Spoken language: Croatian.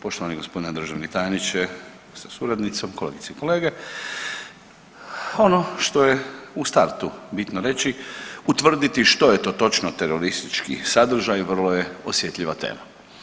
Poštovani gospodine državni tajniče sa suradnicom, kolegice i kolege, ono što je u startu bitno reći, utvrditi što je to točno teroristički sadržaj vrlo je osjetljiva tema.